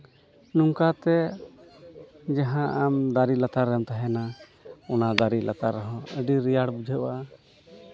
ᱱᱚᱝᱠᱟ ᱛᱮ ᱡᱟᱦᱟᱸ ᱟᱢ ᱫᱟᱨᱮ ᱞᱟᱛᱟᱨ ᱨᱮᱢ ᱛᱟᱦᱮᱱᱟ ᱚᱱᱟ ᱫᱟᱨᱮ ᱞᱟᱛᱟᱨ ᱨᱮᱦᱚᱸ ᱟᱹᱰᱤ ᱨᱮᱭᱟᱲ ᱵᱩᱷᱟᱹᱜᱼᱟ